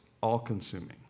all-consuming